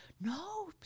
No